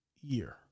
year